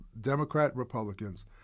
Democrat-Republicans